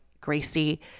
Gracie